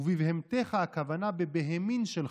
ו"בבהמתך" הכוונה בבהמין שלך,